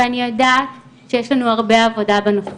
ואני יודעת שיש לנו הרבה עבודה בנושא.